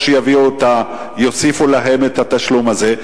או שיוסיפו להם את התשלום הזה,